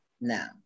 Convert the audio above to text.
Now